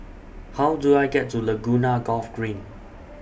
How Do I get to Laguna Golf Green